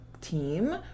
team